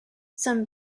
some